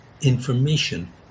information